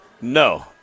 no